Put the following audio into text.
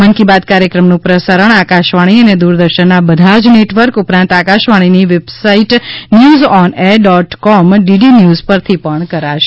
મન કી બાત કાર્યક્રમનું પ્રસારણ આકાશવાણી અને દુરદર્શનના બધા જ નેટવર્ક ઉપરાંત આકાશવાણીની website news on air dot com DD news પરથી પણ કરાશે